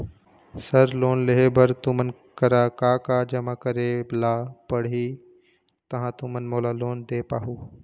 Sir loan लेहे बर तुमन करा का का जमा करें ला पड़ही तहाँ तुमन मोला लोन दे पाहुं?